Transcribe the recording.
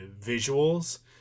visuals